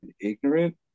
ignorant